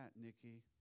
Nikki